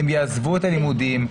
הם יעזבו את הלימודים,